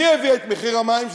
מי הביא את מחיר המים,